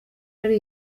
ari